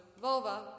vulva